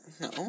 No